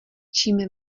čím